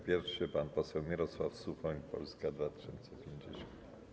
Pierwszy pan poseł Mirosław Suchoń, Polska 2050.